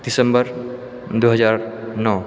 दिसम्बर दू हजार नओ